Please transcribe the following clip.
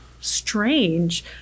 strange